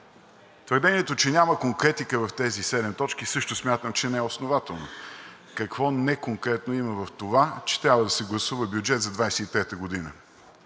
Твърдението, че няма конкретика в тези седем точки, също смятам, че не е основателно. Какво неконкретно има в това, че трябва да се гласува бюджет за 2023 г.?